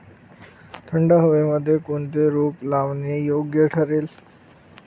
थंड हवेमध्ये कोणते रोप लावणे योग्य ठरेल?